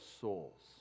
souls